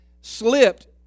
slipped